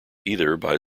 either